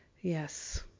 yes